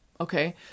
Okay